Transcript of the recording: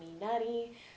nutty